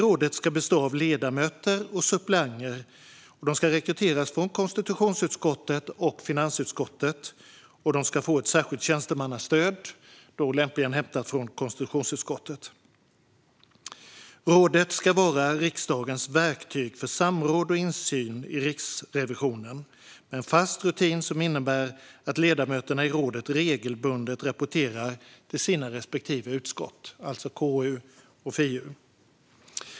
Rådet ska bestå av ledamöter och suppleanter som rekryteras från konstitutions och finansutskotten, och det ska få särskilt tjänstemannastöd, lämpligen från konstitutionsutskottet. Rådet ska vara riksdagens verktyg för samråd och insyn i Riksrevisionen, med en fast rutin som innebär att ledamöterna i rådet regelbundet rapporterar till sina respektive utskott, alltså KU och FiU.